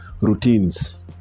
routines